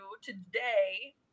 today